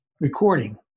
recording